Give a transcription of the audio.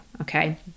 okay